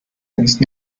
since